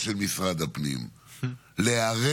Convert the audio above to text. היתרון שלך, אתה תעלה לפה ואתה לא מוגבל בזמן.